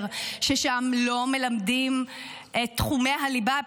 ששם לא מלמדים את תחומי הליבה הבסיסיים,